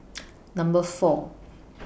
Number four